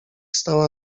stała